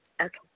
Okay